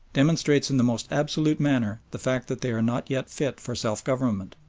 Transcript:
demonstrates in the most absolute manner the fact that they are not yet fit for self-government.